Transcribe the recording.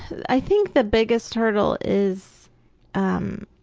i think the biggest hurdle is um